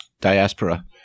diaspora